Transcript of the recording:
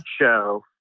show